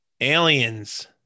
Aliens